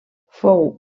fou